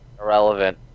Irrelevant